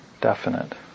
definite